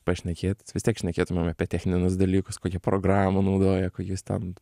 pašnekėt vis tiek šnekėtumėm apie techninius dalykus kokią programą naudoja kokius ten